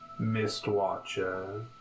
Mistwatcher